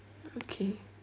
okay